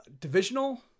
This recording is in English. divisional